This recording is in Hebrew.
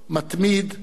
ומכאיב לכן,